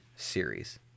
series